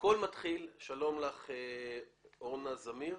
הכל מתחיל, שלום לך אורנה זמיר.